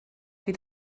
fydd